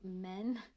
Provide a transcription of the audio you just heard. men